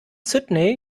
sydney